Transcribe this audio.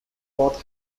both